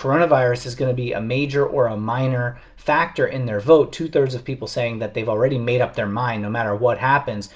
coronavirus is going to be a major or a minor factor in their vote, two-thirds of people saying that they've already made up their mind no matter what happens.